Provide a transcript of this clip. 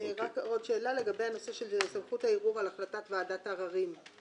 עוד שאלה לגבי הנושא של סמכות הערעור על החלטת ועדת העררים.